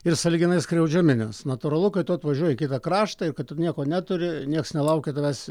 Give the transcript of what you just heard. ir sąlyginai skriaudžiami nes natūralu kai tu atvažiuoji į kitą kraštą ir kad nieko neturi nieks nelaukia tavęs